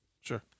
Sure